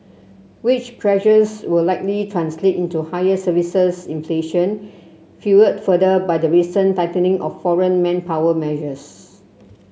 wage pressures will likely translate into higher services inflation fuelled further by the recent tightening of foreign manpower measures